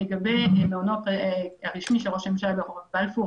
לגבי מעונו הרשמי של ראש הממשלה ברחוב בלפור,